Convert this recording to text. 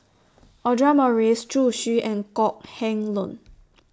Audra Morrice Zhu Xu and Kok Heng Leun